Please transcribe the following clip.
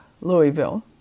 Louisville